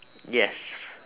yes